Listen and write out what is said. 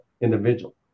individual